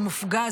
הוא מופגז,